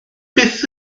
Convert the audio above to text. byth